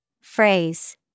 Phrase